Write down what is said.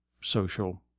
social